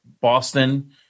Boston